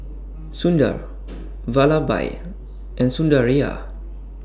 Sundar Vallabhbhai and Sundaraiah